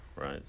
right